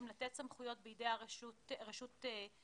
שאומר לתת סמכויות בידי הרשות להגנת